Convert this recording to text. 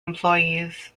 employees